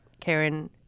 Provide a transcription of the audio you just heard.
Karen